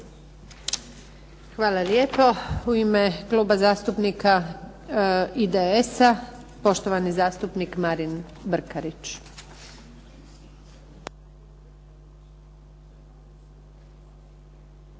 Hvala lijepo. U ime Kluba zastupnika IDS-a, poštovani zastupnik Marin Brkarić.